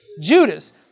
Judas